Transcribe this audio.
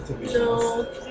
No